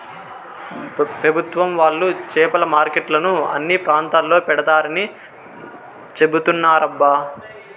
పెభుత్వం వాళ్ళు చేపల మార్కెట్లను అన్ని ప్రాంతాల్లో పెడతారని చెబుతున్నారబ్బా